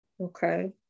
Okay